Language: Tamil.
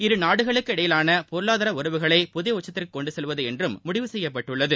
இரு நாடுகளுக்கிடையிலான பொருளாதார உறவுகளை புதிய உச்சத்திற்கு கொண்டு செல்வது என்றும் முடிவு செய்யப்பட்டுள்ளது